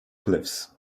cliffs